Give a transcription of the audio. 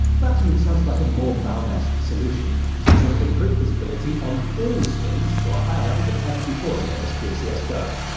that to me sounds like a valve-esque solution, since it would improve visibility on all skins to a higher level than ever before in the history of cs go,